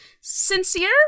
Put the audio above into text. Sincere